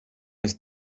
ist